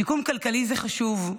שיקום כלכלי זה חשוב,